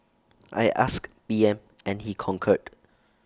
I asked P M and he concurred